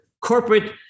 corporate